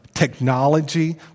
Technology